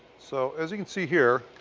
so as you can see here,